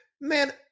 man